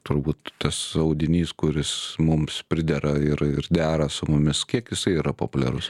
turbūt tas audinys kuris mums pridera ir ir dera su mumis kiek jisai yra populiarus